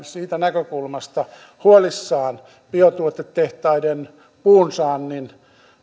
siitä näkökulmasta huolissaan biotuotetehtaiden puunsaannin